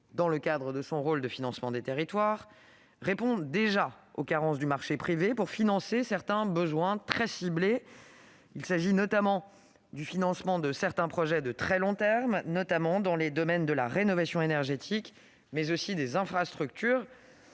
dans son rôle de financement des territoires, répond déjà aux carences du marché privé pour financer certains besoins très ciblés. Il s'agit notamment du financement de certains projets de très long terme dans les domaines de la rénovation énergétique et des infrastructures.